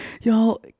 Y'all